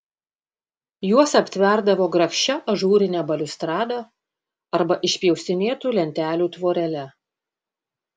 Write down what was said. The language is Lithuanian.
juos aptverdavo grakščia ažūrine baliustrada arba išpjaustinėtų lentelių tvorele